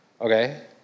Okay